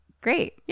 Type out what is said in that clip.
Great